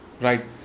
right